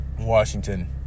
Washington